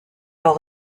leurs